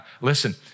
Listen